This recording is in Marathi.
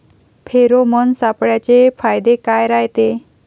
फेरोमोन सापळ्याचे फायदे काय रायते?